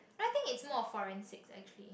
I think it's more of forensics actually